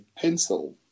pencil